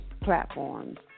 platforms